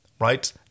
Right